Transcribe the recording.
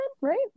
right